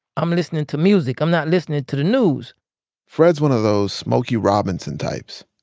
i'm listening to music. i'm not listening to the news fred's one of those smokey robinson types.